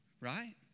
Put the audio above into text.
right